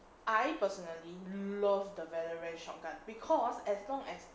I personally love the valorant shot gun because as long as